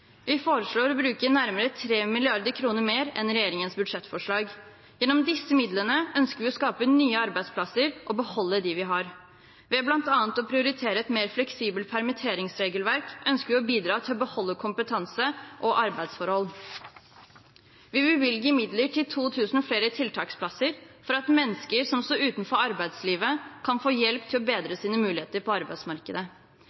Vi foreslår å bruke nærmere 3 mrd. kr mer enn regjeringas budsjettforslag. Gjennom disse midlene ønsker vi å skape nye arbeidsplasser og beholde dem vi har. Ved bl.a. å prioritere et mer fleksibelt permitteringsregelverk ønsker vi å bidra til å beholde kompetanse og arbeidsforhold. Vi bevilger midler til 2 000 flere tiltaksplasser for at mennesker som står utenfor arbeidslivet, kan få hjelp til å bedre sine muligheter på arbeidsmarkedet.